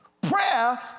Prayer